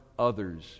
Others